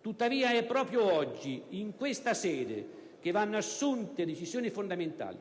Tuttavia, è proprio oggi, in questa sede, che vanno assunte decisioni fondamentali.